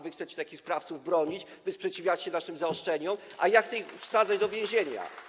Wy chcecie takich sprawców bronić, wy sprzeciwiacie się naszym zaostrzeniom, a ja chcę ich wsadzać do więzienia.